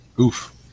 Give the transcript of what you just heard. Oof